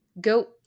go